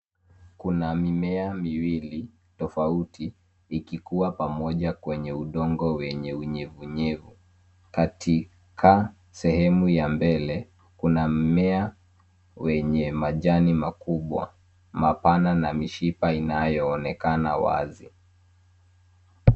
Kuna mimea miwili tofauti ikikua pamoja kwenye udongo wenye unyevunyevu. Katika sehemu ya mbele kuna mmea wenye majani makubwa mapana na mishipa inayoonekana wazi.